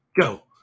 Go